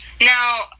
Now